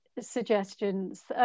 suggestions